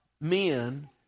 men